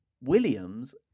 Williams